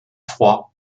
froid